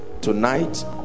Tonight